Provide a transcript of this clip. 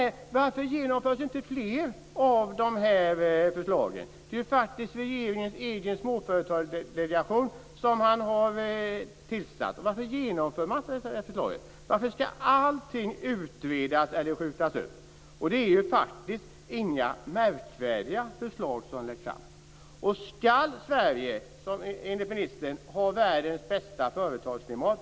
Men varför genomförs inte fler av förslagen? Det är ju regeringens egen småföretagsdelegation som har fört fram dem. Varför skall allting utredas eller skjutas upp? Det är inga märkvärdiga förslag. Sverige har ju enligt ministern världens bästa företagsklimat.